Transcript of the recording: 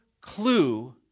clue